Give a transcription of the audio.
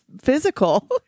physical